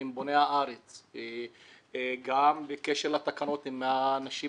עם "בוני הארץ"; גם בקשר לתקנות עם האנשים